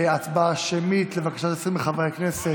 הצבעה שמית לבקשת 20 מחברי הכנסת.